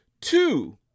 Two